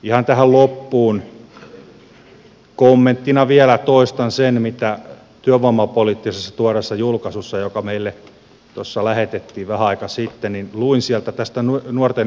ihan tähän loppuun kommenttina vielä toistan sen mitä työvoimapoliittisesta tuoreesta julkaisusta joka meille tuossa lähetettiin vähän aikaa sitten luin tästä nuorten yhteiskuntatakuusta